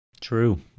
True